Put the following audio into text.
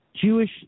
Jewish